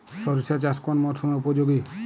সরিষা চাষ কোন মরশুমে উপযোগী?